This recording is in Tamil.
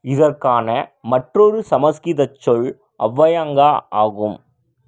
இதற்கான மற்றொரு சமஸ்கிதச் சொல் அவ்வயங்கா ஆகும்